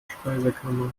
speisekammer